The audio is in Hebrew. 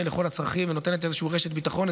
לכל הצרכים ונותנת איזושהי רשת ביטחון.